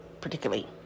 particularly